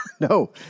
No